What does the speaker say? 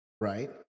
right